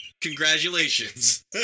Congratulations